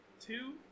two